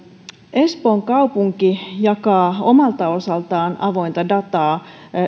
espoon kaupunki jakaa omalta osaltaan avointa dataa